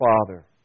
Father